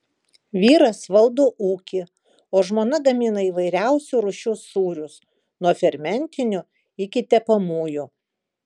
vyras valdo ūkį o žmona gamina įvairiausių rūšių sūrius nuo fermentinių iki tepamųjų